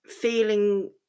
feeling